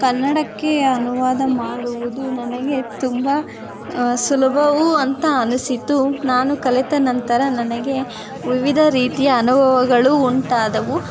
ಕನ್ನಡಕ್ಕೆ ಅನುವಾದ ಮಾಡುವುದು ನನಗೆ ತುಂಬ ಸುಲಭವೂ ಅಂತ ಅನಿಸಿತು ನಾನು ಕಲಿತ ನಂತರ ನನಗೆ ವಿವಿಧ ರೀತಿಯ ಅನುಭವಗಳು ಉಂಟಾದವು